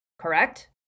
Correct